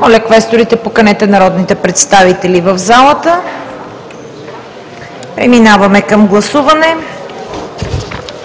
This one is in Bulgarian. Моля, квесторите, поканете народните представители в залата. Преминаваме към гласуване.